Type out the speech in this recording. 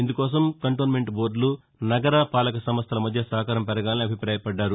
ఇందుకోసం కంటోన్మెంట్ బోర్డులు నగర పాలక సంస్టల మధ్య సహకారం పెరగాలని అభిప్రాయపడ్డారు